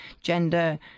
gender